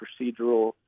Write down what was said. procedural